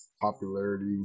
popularity